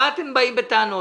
על מה אתם באים בטענות?